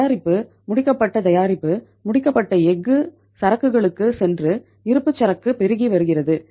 தயாரிப்பு முடிக்கப்பட்ட தயாரிப்பு முடிக்கப்பட்ட எஃகு சரக்குகளுக்குச் சென்று இருப்புச்சரக்கு பெருகி வருகிறது